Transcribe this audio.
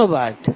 ধন্যবাদ